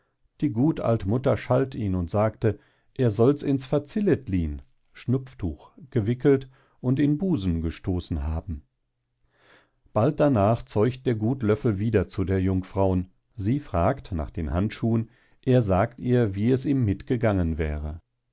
die gut alt mutter schalt ihn und sagte er sollts ins fazziletlin schnupftuch gewickelt und in busen gestoßen haben bald darnach zeucht der gut löffel wieder zu der jungfrauen sie fragt nach den handschuhen er sagt ihr wie es ihm mit gegangen wäre